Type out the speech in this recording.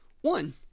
one